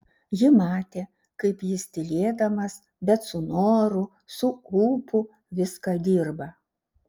ji matė kaip jis tylėdamas bet su noru su ūpu viską dirba